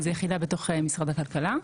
זו יחידה בתוך משרד הכלכלה.